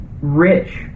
rich